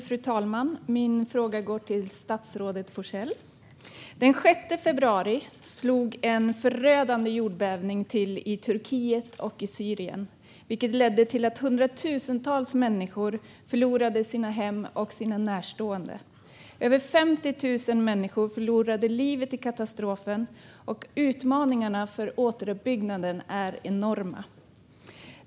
Fru talman! Min fråga går till statsrådet Forssell. Den 6 februari slog en förödande jordbävning till i Turkiet och Syrien, vilket ledde till att hundratusentals människor förlorade sina hem och sina närstående. Över 50 000 människor förlorade livet i katastrofen, och utmaningarna med återuppbyggnaden är enorma.